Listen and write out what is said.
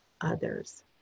others